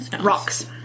rocks